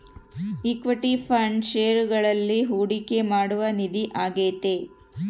equity fund ಷೇರುಗಳಲ್ಲಿ ಹೂಡಿಕೆ ಮಾಡುವ ನಿಧಿ ಆಗೈತೆ